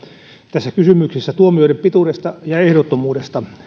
tässä kysymyksessä tuomioiden pituudesta ja ehdottomuudesta